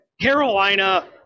Carolina